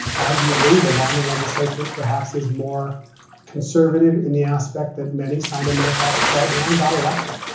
arguably, the wyoming legislature perhaps is more conservative in the aspect that many signed a no tax pledge, and got elected.